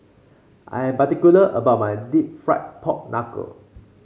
I am particular about my deep fried Pork Knuckle